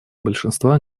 большинства